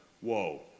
whoa